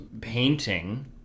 painting